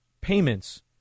payments